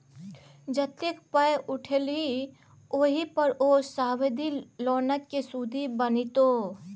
जतेक पाय उठेलही ओहि पर ओ सावधि लोनक सुदि बनितौ